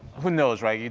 who knows, right?